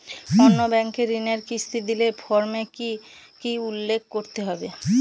অন্য ব্যাঙ্কে ঋণের কিস্তি দিলে ফর্মে কি কী উল্লেখ করতে হবে?